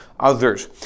others